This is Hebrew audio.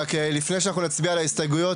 לפני שאנחנו נצביע על ההסתייגויות,